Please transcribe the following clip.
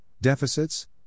deficits